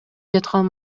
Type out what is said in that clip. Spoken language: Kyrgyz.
жаткан